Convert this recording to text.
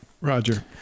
Roger